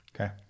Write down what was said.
Okay